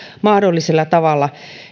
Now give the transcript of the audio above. mahdollisella tavalla